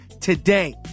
today